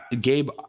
Gabe